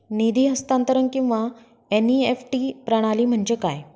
निधी हस्तांतरण किंवा एन.ई.एफ.टी प्रणाली म्हणजे काय?